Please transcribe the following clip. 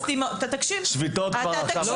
לימור סון הר מלך (עוצמה יהודית): תקשיב --- לא רלוונטי,